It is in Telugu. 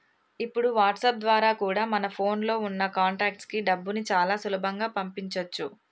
ఇప్పుడు వాట్సాప్ ద్వారా కూడా మన ఫోన్ లో ఉన్న కాంటాక్ట్స్ కి డబ్బుని చాలా సులభంగా పంపించొచ్చు